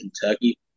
Kentucky